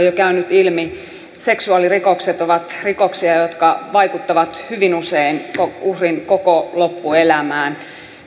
jo käynyt ilmi seksuaalirikokset ovat rikoksia jotka vaikuttavat hyvin usein uhrin koko loppuelämään